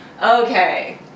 Okay